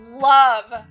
love